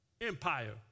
Empire